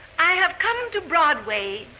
i have come to broadway,